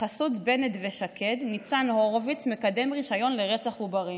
בחסות בנט ושקד ניצן הורוביץ מקדם רישיון לרצח עוברים".